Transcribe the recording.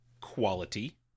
quality